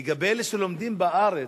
לגבי אלה שלומדים בארץ,